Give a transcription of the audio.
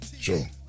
Sure